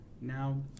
now